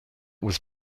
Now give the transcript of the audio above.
was